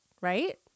Right